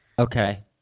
Okay